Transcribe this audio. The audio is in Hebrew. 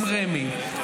עם רמ"י,